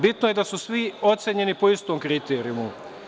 Bitno je da su svi ocenjeni po istom kriterijumu.